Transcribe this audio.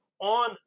on